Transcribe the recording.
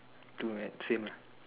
two man same lah